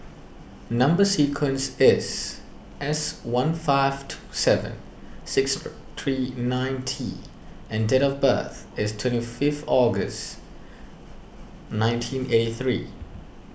Number Sequence is S one five two seven six three nine T and date of birth is twenty fifth August nineteen eighty three